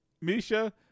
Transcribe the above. Misha